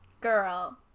girl